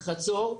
חצור,